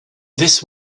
this